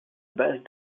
base